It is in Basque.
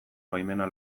baimena